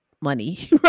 money